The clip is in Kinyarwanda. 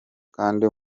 kandi